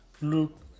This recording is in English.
look